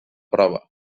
prova